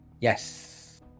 yes